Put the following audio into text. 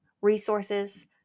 Resources